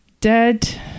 Dead